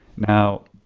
now,